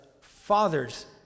Father's